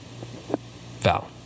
Val